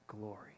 glory